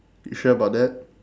you sure about that